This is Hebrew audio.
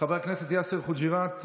חבר הכנסת יאסר חוג'יראת,